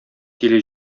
тиле